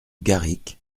garric